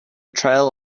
trail